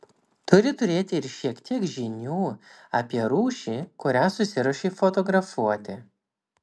turi turėti ir šiek tiek žinių apie rūšį kurią susiruošei fotografuoti